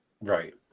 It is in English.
right